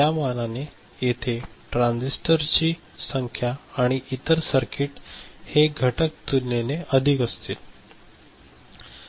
त्यामानाने येथे ट्रान्झिस्टरची संख्या आणि इतर सर्किट हे घटक तुलनेने अधिक असतील